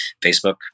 Facebook